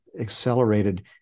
accelerated